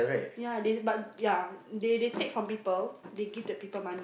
yeah they but yeah they they take from people they give the people money